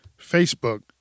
Facebook